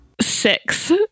Six